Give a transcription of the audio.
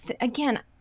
again